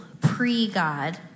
pre-God